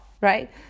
right